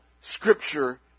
Scripture